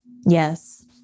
Yes